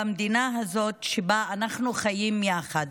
במדינה הזאת, שבה אנחנו חיים יחד,